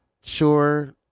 sure